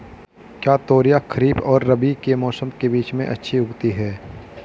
क्या तोरियां खरीफ और रबी के मौसम के बीच में अच्छी उगती हैं?